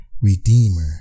redeemer